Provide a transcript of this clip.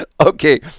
Okay